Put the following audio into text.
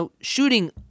shooting